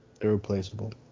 irreplaceable